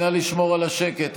נא לשמור על השקט,